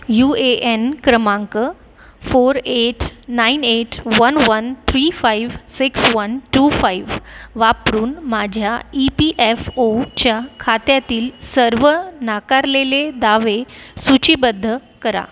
you A N क्रमांक four eight nine eight one one three five six one two five वापरून माझ्या E P F ओच्या खात्यातील सर्व नाकारलेले दावे सूचीबद्ध करा